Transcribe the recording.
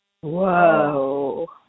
Whoa